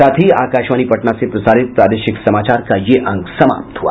इसके साथ ही आकाशवाणी पटना से प्रसारित प्रादेशिक समाचार का ये अंक समाप्त हुआ